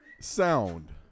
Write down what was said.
sound